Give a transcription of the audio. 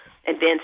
advanced